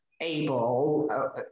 able